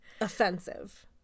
offensive